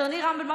אדוני רם בן ברק,